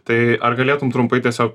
tai ar galėtum trumpai tiesiog